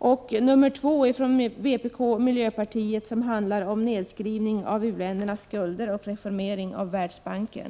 Jag yrkar dessutom bifall till reservation 2 från vpk och miljöpartiet, som handlar om nedskrivning av u-ländernas skulder och reformering av Världsbanken.